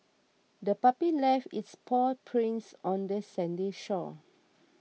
the puppy left its paw prints on the sandy shore